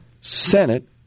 Senate